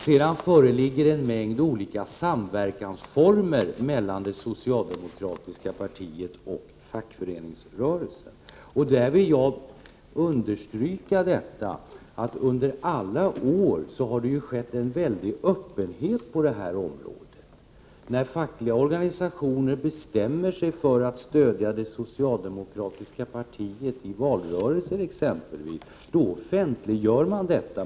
Sedan föreligger en mängd olika former för samverkan mellan det socialdemokratiska partiet och fackföreningsrörelsen, och jag vill understryka att det under alla år har rått en väldig öppenhet på det området. När fackliga organisationer bestämmer sig för att stödja det socialdemokratiska partiet, exempelvis i valrörelsen, offentliggör man detta.